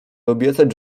obiecać